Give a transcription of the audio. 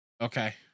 okay